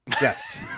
Yes